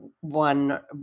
One